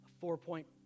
four-point